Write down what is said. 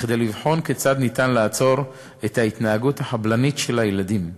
כדי לבחון כיצד ניתן לעצור את ההתנהגות החבלנית של הילדים,